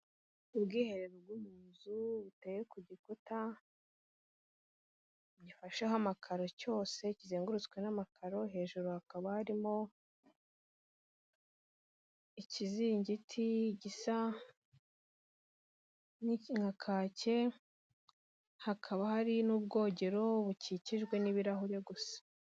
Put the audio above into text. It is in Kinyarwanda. Ubwiherero bwo muzu buteye ku gita, gifasheho amakaro cyose kizengurutswe n'amakaro, hejuru hakaba harimo ikizingiti gisa nka kake, hakaba hari n'ubwogero bukikijwe n'ibirahure gusa.